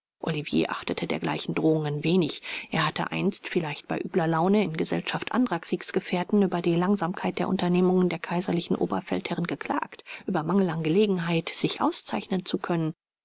olivier achtete dergleichen drohungen wenig er hatte einst vielleicht bei übler laune in gesellschaft anderer kriegsgefährten über die langsamkeit der unternehmungen der kaiserlichen oberfeldherren geklagt über mangel an gelegenheit sich auszeichnen zu können